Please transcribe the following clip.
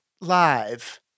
live